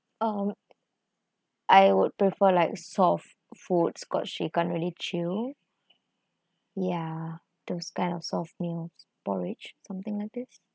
um I would prefer like soft foods cuz she can't really chew ya those kind of soft meal porridge something like this